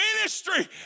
ministry